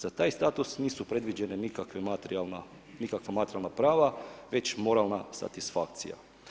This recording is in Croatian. Za taj status nisu predviđena nikakva materijalna prava već moralna satisfakcija.